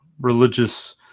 religious